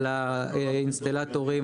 על האינסטלטורים,